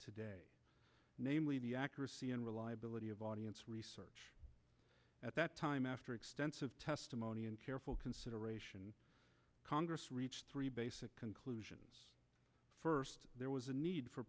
today namely the accuracy and reliability of audience research at that time after extensive testimony and careful consideration congress reached three basic conclusion first there was a need for